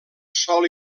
sol